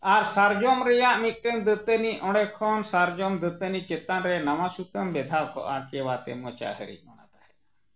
ᱟᱨ ᱥᱟᱨᱡᱚᱢ ᱨᱮᱱᱟᱜ ᱢᱤᱫᱴᱟᱝ ᱫᱟᱹᱛᱟᱹᱱᱤ ᱚᱸᱰᱮ ᱠᱷᱚᱱ ᱥᱟᱨᱡᱚᱢ ᱫᱟᱹᱛᱟᱹᱱᱤ ᱪᱮᱛᱟᱱ ᱨᱮ ᱱᱟᱣᱟ ᱥᱩᱛᱟᱹᱢ ᱵᱮᱫᱷᱟᱣ ᱠᱚᱜᱼᱟ ᱠᱮᱣᱟᱛᱮ ᱢᱚᱪᱟ ᱦᱟᱹᱨᱤᱡ ᱚᱱᱟ ᱛᱟᱦᱮᱱᱟ